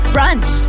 Brunch